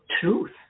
truth